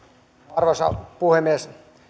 arvoisa puhemies